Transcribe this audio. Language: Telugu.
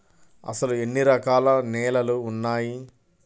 అసలు ఎన్ని రకాల నేలలు వున్నాయి?